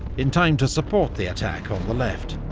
in time to support the attack on the left.